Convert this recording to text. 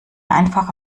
einfache